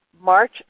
March